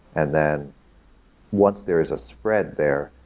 and then once there is a spread there,